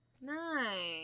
Nice